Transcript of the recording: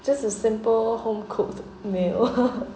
just a simple home cooked meal